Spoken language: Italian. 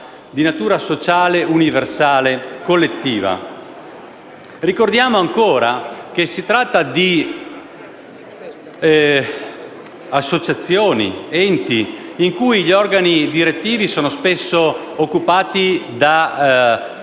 di natura sociale, universale, collettiva. Ricordiamo ancora che si tratta di associazioni ed enti in cui gli organi direttivi sono spesso occupati da